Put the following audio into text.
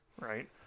Right